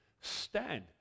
stand